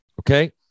Okay